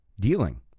dealing